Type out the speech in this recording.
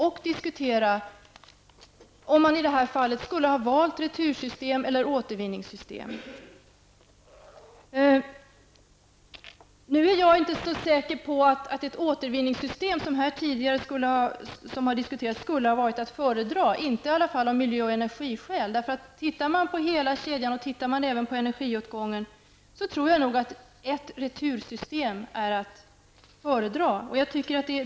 Vi skulle ha fått överlägga om huruvida man i det här fallet skulle ha valt retursystem eller återvinningssystem. Nu är jag inte så säker på att ett återvinningssystem, som här tidigare har diskuterats, skulle ha varit att föredra. Det gäller i varje fall inte av energi och miljöskäl. Ser man på hela kedjan inkl. energiåtgång, tror jag att man kommer fram till att ett retursystem är att föredra.